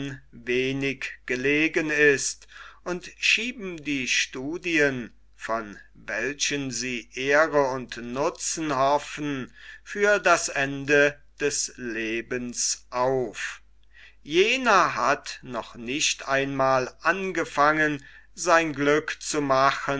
wenig gelegen ist und schieben die studien von welchen sie ehre und nutzen hoffen für das ende ihres lebens auf jener hat noch nicht einmal angefangen sein glück zu machen